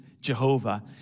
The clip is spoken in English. Jehovah